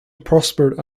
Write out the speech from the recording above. prospered